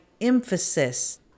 emphasis